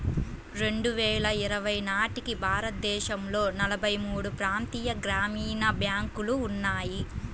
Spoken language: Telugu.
రెండు వేల ఇరవై నాటికి భారతదేశంలో నలభై మూడు ప్రాంతీయ గ్రామీణ బ్యాంకులు ఉన్నాయి